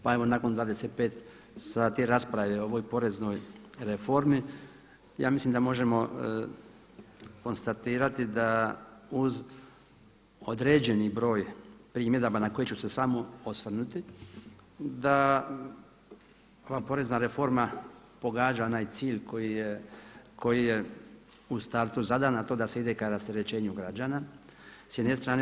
Pa evo nakon 25 sati rasprave o ovoj poreznoj reformi ja mislim da možemo konstatirati da uz određeni broj primjedaba na koje ću se samo osvrnuti da ova porezna reforma pogađa onaj cilj koji je u startu zadan, a to je da se ide ka rasterećenju građana, s jedne strane.